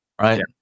Right